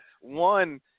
one